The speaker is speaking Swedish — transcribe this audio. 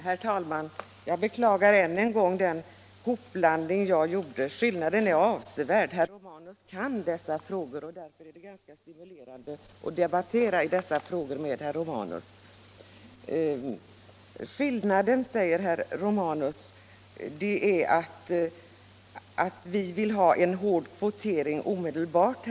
Herr talman! Jag beklagar den hopblandning av herrar Ringaby och Romanus som jag gjorde. Skillnaden är avsevärd. Herr Romanus kan dessa frågor, och därför är det ganska stimulerande att debattera dem med herr Romanus. Skillnaden, säger herr Romanus, är att vi socialdemokrater vill ha en hård kvotering omedelbart.